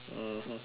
mmhmm